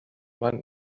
man